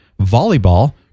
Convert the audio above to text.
volleyball